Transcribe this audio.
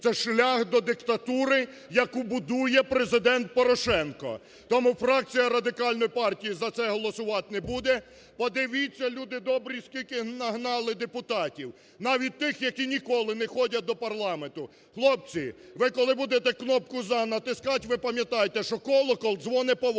Це шлях до диктатури, яку будує Президент Порошенко! Тому фракція Радикальної партії за це голосувати не буде. Подивіться, люди добрі, скільки нагнали депутатів навіть тих, які ніколи не ходять до парламенту. Хлопці, ви, коли будете кнопку "за" натискати, ви пам'ятайте, що "колокол дзвонить по вас".